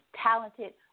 talented